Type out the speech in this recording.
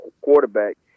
quarterback